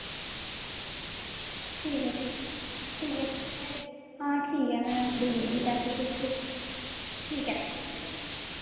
ठीक ऐ फ्ही ठीक ऐ हां ठीक ऐ मैम देई ओड़गी पैहे तुस ठीक ऐ